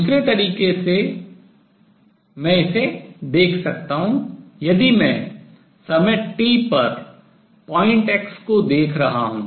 दूसरे तरीके से मैं इसे देख सकता हूँ यदि मैं समय t पर point बिंदु x को देख रहा हूँ